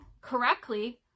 correctly